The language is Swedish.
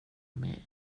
med